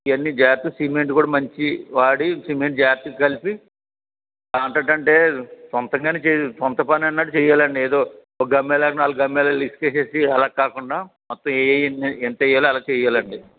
ఇవన్నీ జాగ్రత్త సిమెంట్ కూడా మంచివి వాడి సిమెంట్ జాగ్రతగా కలిపి కాంట్రాక్ట్ అంటే సొంతపనన్నట్టు చెయ్యాలండి ఏదో ఒ గ్గంమ్మేళాలు నాలుగు గ్గంమ్మేళాలు ఇసకేసేసి అలా కాకుండా మొత్తం ఏయేయి ఎంత్తెయ్యాలో అలా చేయ్యాలండి